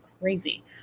crazy